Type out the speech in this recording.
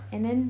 and then